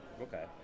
Okay